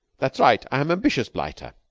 that's right. i am ambitious blighter,